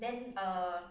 then